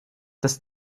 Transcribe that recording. das